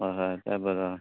हय हय तें बरें आसा